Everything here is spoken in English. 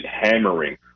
hammering